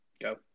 Go